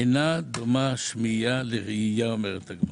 אינה דומה שמיעה לראייה, אומרת הגמרא.